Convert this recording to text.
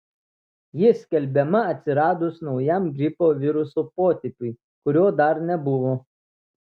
ji skelbiama atsiradus naujam gripo viruso potipiui kurio dar nebuvo